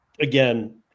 again